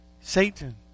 Satan